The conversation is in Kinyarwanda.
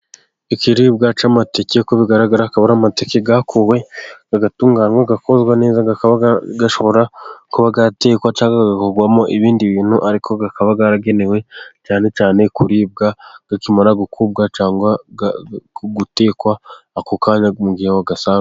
Ikiribwa cy'amateke, uko bigaragara akaba ari amateke yakuwe agatunganwa akozwa neza, akaba ashobora kuba yatekwa cyangwa agakorwamo ibindi bintu, ariko akaba yaragenewe cyane cyane kuribwa akimara gukurwa, cyangwa gutekwa ako kanya mu gihe wayasaruye.